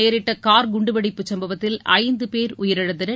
நேரிட்ட கார் குண்டுவெடிப்பு சம்பவத்தில் ஐந்துபேர் உயிரிழந்தனர்